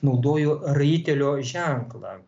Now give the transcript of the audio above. naudojo raitelio ženklą